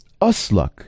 Usluck